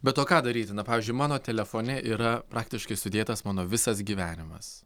bet o ką daryti na pavyzdžiui mano telefone yra praktiškai sudėtas mano visas gyvenimas